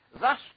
thus